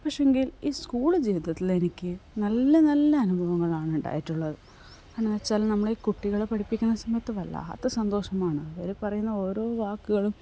പക്ഷേ എങ്കിൽ ഈ സ്കൂൾ ജീവിതത്തിൽ എനിക്ക് നല്ല നല്ല അനുഭവങ്ങളാണ് ഉണ്ടായിട്ടുള്ളത് എന്ന് വച്ചാൽ നമ്മൾ ഈ കുട്ടികളെ പഠിപ്പിക്കുന്ന സമയത്ത് വല്ലാത്ത സന്തോഷമാണ് അവർ പറയുന്ന ഓരോ വാക്കുകളും